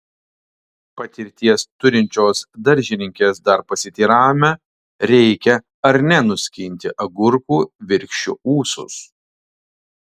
patirties turinčios daržininkės dar pasiteiravome reikia ar ne nuskinti agurkų virkščių ūsus